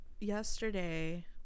Yesterday